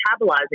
metabolizing